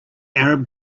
arab